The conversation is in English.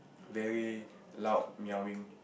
very loud meowing